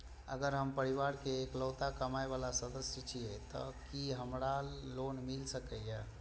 अगर हम परिवार के इकलौता कमाय वाला सदस्य छियै त की हमरा लोन मिल सकीए?